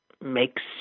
makes